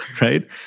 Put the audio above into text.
right